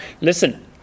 listen